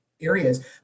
areas